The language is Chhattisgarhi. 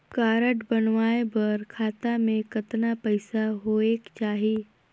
कारड बनवाय बर खाता मे कतना पईसा होएक चाही?